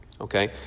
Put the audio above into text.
Okay